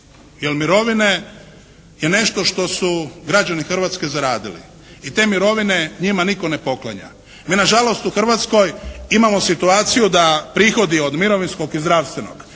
mirovine je nešto što su građani Hrvatske zaradili i te mirovine njima nitko ne poklanja. Mi na žalost u Hrvatskoj imamo situaciju da prihodi od mirovinskog i zdravstvenog